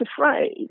afraid